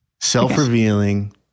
Self-revealing